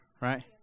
right